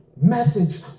message